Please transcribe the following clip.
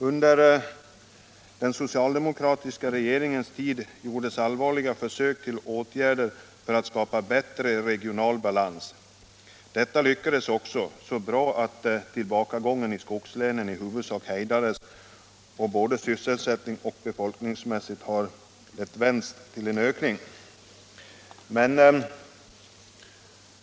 Under den socialdemokratiska regeringens tid gjordes allvarliga försök att skapa bättre regional balans. Detta lyckades också så bra att tillbakagången i skogslänen i huvudsak hejdades och både sysselsättnings och befolkningsmässigt vändes till en ökning.